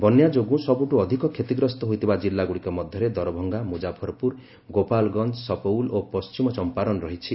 ବନ୍ୟା ଯୋଗୁଁ ସବୁଠୁ ଅଧିକ କ୍ଷତିଗ୍ରସ୍ତ ହୋଇଥିବା ଜିଲ୍ଲାଗୁଡ଼ିକ ମଧ୍ୟରେ ଦରଭଙ୍ଗା ମୁଜାଫରପୁର ଗୋପାଳଗଞ୍ଜ ସପଉଲ ଓ ପଶ୍ଚିମ ଚମ୍ପାରନ୍ ରହିଛି